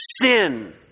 sin